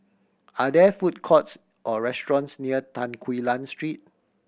are there food courts or restaurants near Tan Quee Lan Street